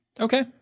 Okay